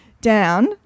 down